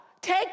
Take